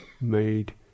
made